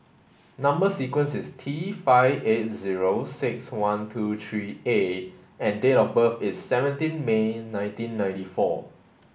number sequence is T five eight zero six one two three A and date of birth is seventeen May nineteen ninety four